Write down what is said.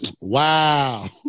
Wow